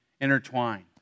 intertwined